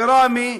בראמה,